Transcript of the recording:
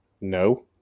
No